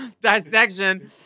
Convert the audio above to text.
dissection